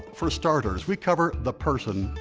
for starters, we cover the person.